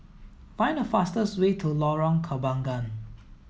find the fastest way to Lorong Kembagan